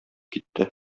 китте